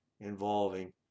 involving